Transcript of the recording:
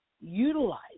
utilize